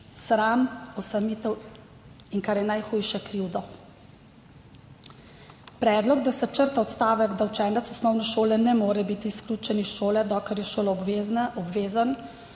sram, osamitev, in kar je najhujše, krivdo. Predlog, da se črta odstavek, da učenec osnovne šole ne more biti izključen iz šole, dokler je šoloobvezen,